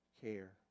care